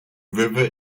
river